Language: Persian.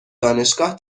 دانشگاه